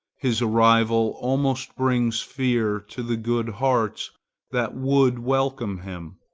his arrival almost brings fear to the good hearts that would welcome him.